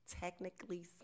technically